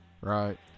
right